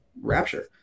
rapture